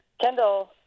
Kendall